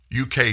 UK